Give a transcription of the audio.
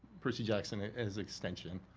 percy jackson is extension,